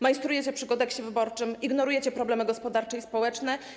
Majstrujecie przy Kodeksie wyborczym, ignorujecie problemy gospodarcze i społeczne.